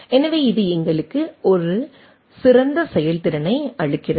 எனவே இது எங்களுக்கு ஒரு சிறந்த செயல்திறனை அளிக்கிறது